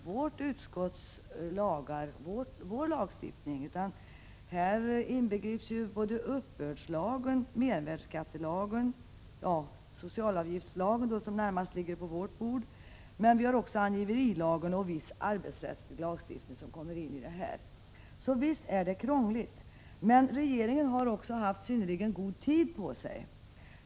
Här omfattas uppbördslagen, lagen om mervärdeskatt, socialavgiftslagen, angiverilagen och viss arbetsrättslig lagstiftning. Så visst är det krångligt. Men regeringen har också haft synnerligen god tid på sig.